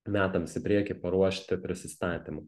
metams į priekį paruošti prisistatymų